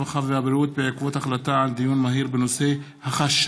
הרווחה והבריאות בעקבות דיון מהיר בהצעתם